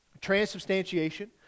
transubstantiation